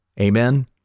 Amen